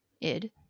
id